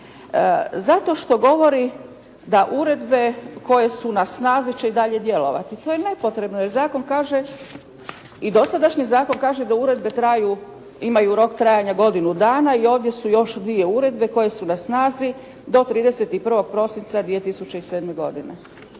Zato što govori da uredbe koje su na snazi će i dalje djelovati. To je nepotrebno, jer zakon kaže, i dosadašnji zakon kaže da uredbe traju, imaju rok trajanja godinu dana i ovdje su još dvije uredbe koje su na snazi do 31. prosinca 2007. godine.